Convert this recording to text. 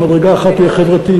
שמדרגה אחת תהיה חברתית,